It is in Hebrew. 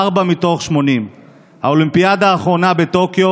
ארבע מתוך 80. האולימפיאדה האחרונה בטוקיו